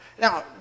Now